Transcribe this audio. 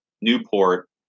newport